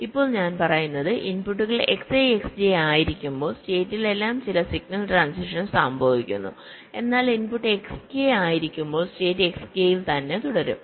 ഇപ്പോൾ ഞാൻ പറയുന്നത് ഇൻപുട്ടുകൾ Xi Xj ആയിരിക്കുമ്പോൾ സ്റ്റേറ്റിൽ എല്ലാം ചില സിഗ്നൽ ട്രാന്സിഷൻ സംഭവിക്കുന്നു എന്നാൽ ഇൻപുട്ട് Xk ആയിരിക്കുമ്പോൾ സ്റ്റേറ്റ് Xk ൽ തന്നെ തുടരും